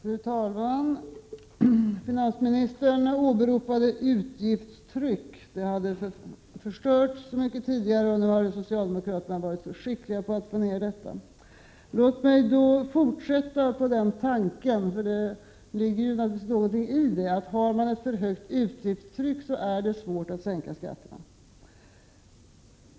Fru talman! Finansministern åberopade utgiftstryck. Det hade förstört så mycket tidigare, och nu hade socialdemokraterna varit så skickliga på att få ner detta. Låt mig då fortsätta på den tanken. Det ligger naturligtvis något i att om man har ett för högt utgiftstryck, så är det svårt att sänka skatterna.